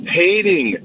hating